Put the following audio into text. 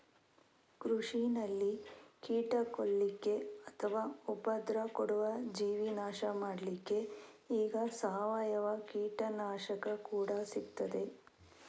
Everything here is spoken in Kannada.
ಕೃಷಿನಲ್ಲಿ ಕೀಟ ಕೊಲ್ಲಿಕ್ಕೆ ಅಥವಾ ಉಪದ್ರ ಕೊಡುವ ಜೀವಿ ನಾಶ ಮಾಡ್ಲಿಕ್ಕೆ ಈಗ ಸಾವಯವ ಕೀಟನಾಶಕ ಕೂಡಾ ಸಿಗ್ತದೆ